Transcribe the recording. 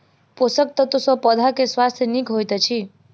पोषक तत्व सॅ पौधा के स्वास्थ्य नीक होइत अछि